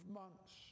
months